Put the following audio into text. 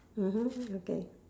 mmhmm okay